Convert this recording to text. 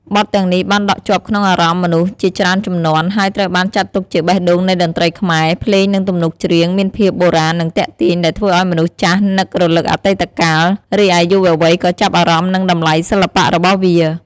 បទទាំងនេះបានដក់ជាប់ក្នុងអារម្មណ៍មនុស្សជាច្រើនជំនាន់ ហើយត្រូវបានចាត់ទុកជាបេះដូងនៃតន្ត្រីខ្មែរ ភ្លេងនិងទំនុកច្រៀងមានភាពបុរាណនិងទាក់ទាញ ដែលធ្វើឱ្យមនុស្សចាស់នឹករលឹកអតីតកាល រីឯយុវវ័យក៏ចាប់អារម្មណ៍នឹងតម្លៃសិល្បៈរបស់វា។